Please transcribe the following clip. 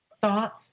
thoughts